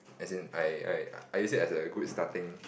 as in I I I use it as a good starting